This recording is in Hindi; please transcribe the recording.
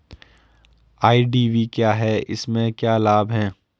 आई.डी.वी क्या है इसमें क्या लाभ है?